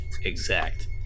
exact